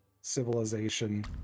civilization